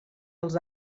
els